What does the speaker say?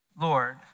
Lord